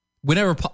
Whenever